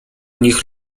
nich